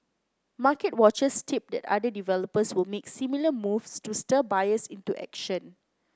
market watchers tip that other developers will make similar moves to stir buyers into action